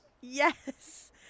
Yes